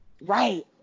Right